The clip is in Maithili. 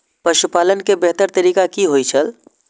पशुपालन के बेहतर तरीका की होय छल?